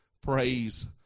praise